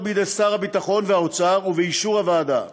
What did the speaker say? בידי שרי הביטחון והאוצר ובאישור הוועדה.